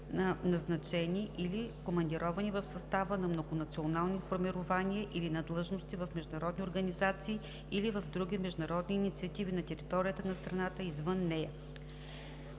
назначени или командировани в състава на многонационални формирования или на длъжности в международни организации, или в други международни инициативи на територията на страната и извън нея.